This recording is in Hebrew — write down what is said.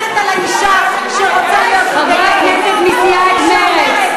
חברת הכנסת תמר זנדברג.